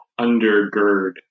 undergird